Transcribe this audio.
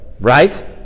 right